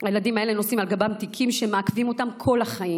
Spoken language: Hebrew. הילדים האלה נושאים על גבם תיקים שמעכבים אותם כל החיים.